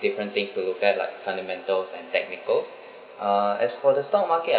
different things to look at like fundamentals and technical uh as for the stock market I